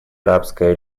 арабская